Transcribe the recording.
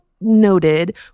noted